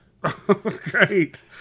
Great